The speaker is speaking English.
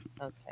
Okay